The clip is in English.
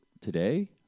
today